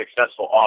successful